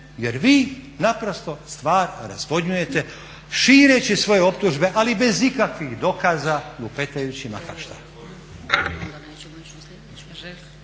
jer vi napravo stvar razvodnjujete šireći svoje optužbe ali bez ikakvih dokaza lupetajući